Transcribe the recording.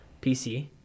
PC